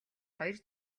хоёр